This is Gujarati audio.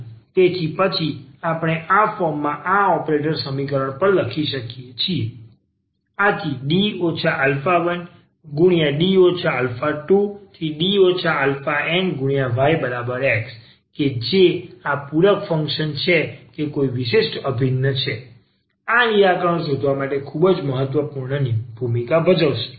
તેથી પછી આપણે આ ફોર્મમાં આ ઓપરેટર સમીકરણ પણ લખી શકીએ D 1D 2⋯yX કે જે આ પૂરક ફંક્શન છે કે કોઈ વિશિષ્ટ અભિન્ન છે તે આ નિરાકરણ શોધવા માટે ખૂબ જ મહત્વપૂર્ણ ભૂમિકા નિભાવશે